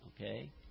Okay